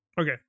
Okay